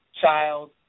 child